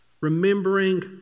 remembering